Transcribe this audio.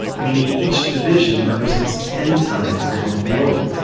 meaning each division represents ten times the one below it.